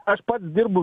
aš pats dirbu